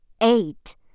Eight